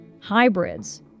hybrids